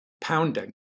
pounding